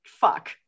Fuck